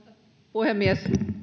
puhemies